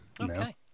Okay